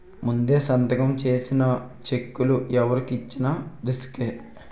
ముందే సంతకం చేసిన చెక్కులు ఎవరికి ఇచ్చిన రిసుకే